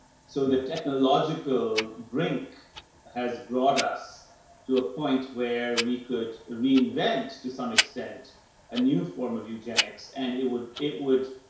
so the technological brink has brought us to a point where we could reinvent to some extent a new form of eugenics. and it would, it would,